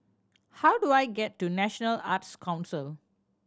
how do I get to National Arts Council